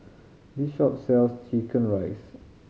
this shop sells chicken rice